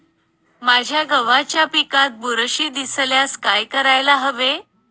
माझ्या गव्हाच्या पिकात बुरशी दिसल्यास काय करायला हवे?